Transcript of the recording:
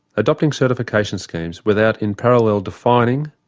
adopting certification schemes without in parallel defining,